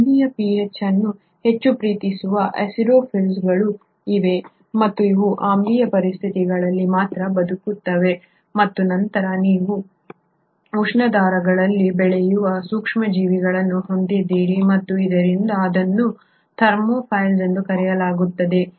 ಆಮ್ಲೀಯ pH ಅನ್ನು ಹೆಚ್ಚು ಪ್ರೀತಿಸುವ ಆಸಿಡೋಫೈಲ್ಗಳು ಇವೆ ಮತ್ತು ಅವು ಆಮ್ಲೀಯ ಪರಿಸ್ಥಿತಿಗಳಲ್ಲಿ ಮಾತ್ರ ಬದುಕುತ್ತವೆ ಮತ್ತು ನಂತರ ನೀವು ಉಷ್ಣ ದ್ವಾರಗಳಲ್ಲಿ ಬೆಳೆಯುವ ಸೂಕ್ಷ್ಮಜೀವಿಗಳನ್ನು ಹೊಂದಿದ್ದೀರಿ ಮತ್ತು ಆದ್ದರಿಂದ ಇದನ್ನು ಥರ್ಮೋಫೈಲ್ಸ್ ಎಂದು ಕರೆಯಲಾಗುತ್ತದೆ